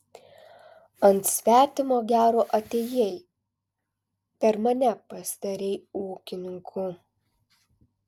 ant svetimo gero atėjai per mane pasidarei ūkininku